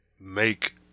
make